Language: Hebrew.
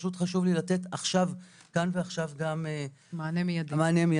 פשוט חשוב לי לתת כאן ועכשיו גם מענה מיידי.